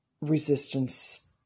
resistance